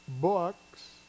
books